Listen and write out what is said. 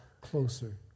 closer